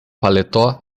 paletó